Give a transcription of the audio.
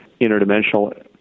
interdimensional